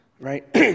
Right